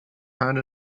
hundred